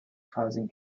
causing